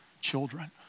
children